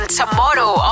tomorrow